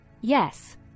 yes